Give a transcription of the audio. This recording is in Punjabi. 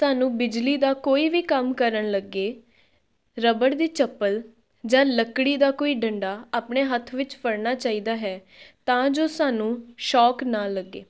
ਸਾਨੂੰ ਬਿਜਲੀ ਦਾ ਕੋਈ ਵੀ ਕੰਮ ਕਰਨ ਲੱਗੇ ਰਬੜ ਦੀ ਚੱਪਲ ਜਾਂ ਲੱਕੜੀ ਦਾ ਕੋਈ ਡੰਡਾ ਆਪਣੇ ਹੱਥ ਵਿੱਚ ਫੜਨਾ ਚਾਹੀਦਾ ਹੈ ਤਾਂ ਜੋ ਸਾਨੂੰ ਸ਼ੋਕ ਨਾ ਲੱਗੇ